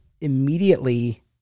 immediately